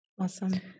Awesome